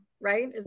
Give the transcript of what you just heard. right